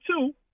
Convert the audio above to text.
two